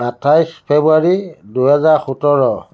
আঠাইছ ফেব্ৰুৱাৰী দুহেজাৰ সোতৰ